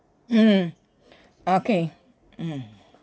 mm okay mm